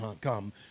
come